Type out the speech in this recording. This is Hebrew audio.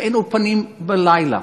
ואין אולפנים בלילה.